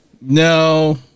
No